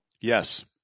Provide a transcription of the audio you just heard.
Yes